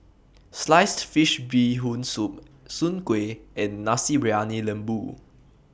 Sliced Fish Bee Hoon Soup Soon Kueh and Nasi Briyani Lembu